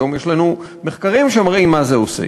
היום יש לנו מחקרים שמראים מה זה עושה.